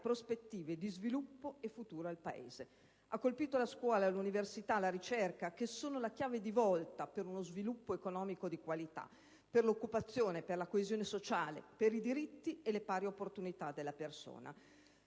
prospettive di sviluppo e futuro al Paese. Ha colpito la scuola, l'università, la ricerca, che sono la chiave di volta per uno sviluppo economico di qualità, per l'occupazione, per la coesione sociale, per i diritti e le pari opportunità delle persone.